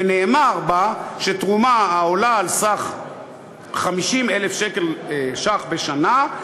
נאמר שתרומה העולה על סך 50,000 ש"ח בשנה,